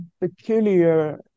peculiar